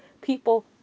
people